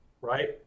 right